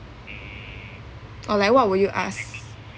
or like what will you ask